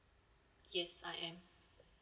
yes I am